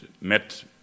met